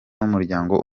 n’umuryango